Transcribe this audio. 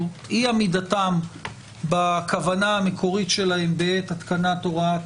או אי עמידתם בכוונה המקורית שלהם בעת התקנת הוראת